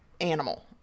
animal